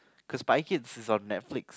cause Spy-Kids is on netflix